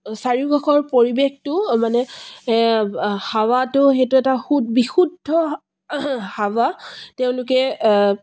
চাৰিওকাষৰ পৰিৱেশটো মানে হাৱাটো সেইটো এটা শুদ বিশুদ্ধ হাৱা তেওঁলোকে